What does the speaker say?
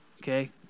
okay